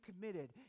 committed